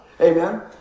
Amen